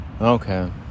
Okay